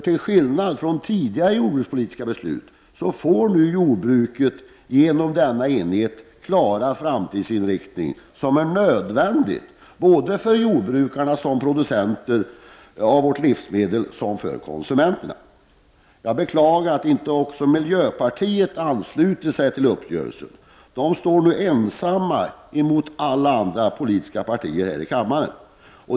Till skillnad från tidigare jordbrukspolitiska beslut får jordbruket genom denna enighet den klara framtidsinrikning som är nödvändig både för jordbrukarna som producerar våra livsmedel och för konsumenterna. Jag beklagar att inte miljöpartiet anslutit sig till uppgörelsen. Miljöpartisterna står nu ensamma mot alla andra politiska partier här i riksdagen.